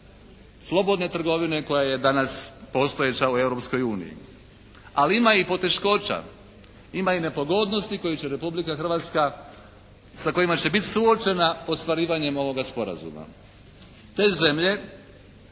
slobodne trgovine koja je danas postojeća u Europskoj uniji. Ali ima i poteškoća, ima i nepogodnosti koje će Republika Hrvatska, sa kojima će biti suočena ostvarivanjem ovoga sporazuma. Te zemlje